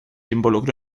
involucró